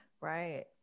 Right